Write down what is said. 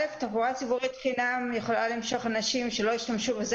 תחבורה ציבורית בחינם יכולה למשוך אנשים שלא השתמשו בזה